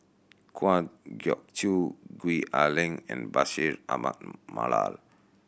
Kwa Geok Choo Gwee Ah Leng and Bashir Ahmad Mallal